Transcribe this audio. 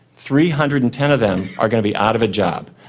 three hundred and ten of them are going to be out of a job.